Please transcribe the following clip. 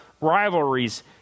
rivalries